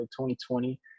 2020